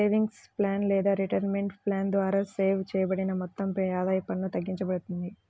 savings plan లేదా retirement plan ద్వారా save చేయబడిన మొత్తంపై ఆదాయ పన్ను తగ్గింపబడుతుంది